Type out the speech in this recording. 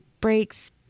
breaks